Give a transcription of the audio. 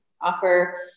offer